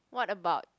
what about